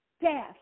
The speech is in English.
death